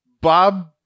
Bob